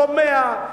שומע,